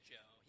Joe